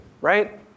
Right